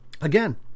Again